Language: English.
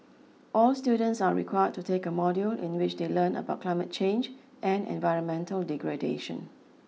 all students are required to take a module in which they learn about climate change and environmental degradation